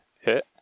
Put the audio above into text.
hit